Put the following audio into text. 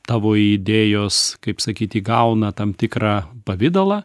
tavo idėjos kaip sakyt įgauna tam tikrą pavidalą